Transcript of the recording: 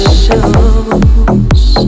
shows